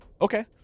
Okay